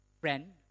friend